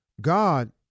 God